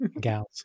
gals